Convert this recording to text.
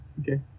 Okay